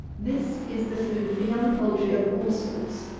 this is the food for young poultry of all sorts.